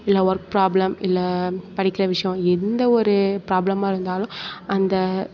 இல்லை work problem இல்லை படிக்கிற விஷயம் எந்த ஒரு ப்ராப்ளமாக இருந்தாலும் அந்த